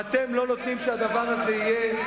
ואתם לא נותנים שהדבר הזה יהיה,